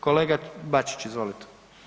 Kolega Bačić, izvolite.